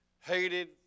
hated